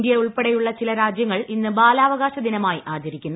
India ഉൾപ്പെടെയുള്ള ചില രാജ്യങ്ങൾ ഇന്ന് ബാലാവകാശദിനമായി ആചരിക്കുന്നു